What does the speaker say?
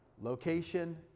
location